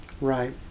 Right